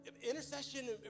Intercession